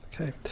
Okay